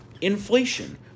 inflation